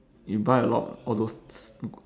you buy a lot all those